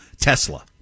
Tesla